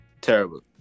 terrible